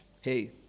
Hey